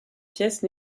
pièces